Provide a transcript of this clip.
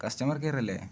customer care അല്ലേ